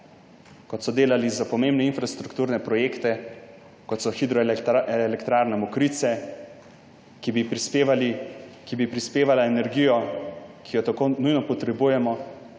do sedaj za pomembne infrastrukturne projekte, kot je hidroelektrarna Mokrice, ki bi prispevali energijo, ki jo tako nujno potrebujemo.